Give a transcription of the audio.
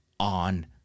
on